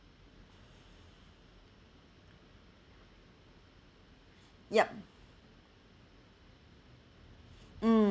yup mm